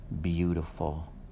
beautiful